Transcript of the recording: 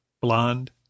Blonde